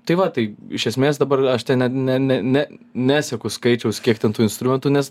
tai va tai iš esmės dabar aš ten ne ne ne neseku skaičiaus kiek ten tų instrumentų nes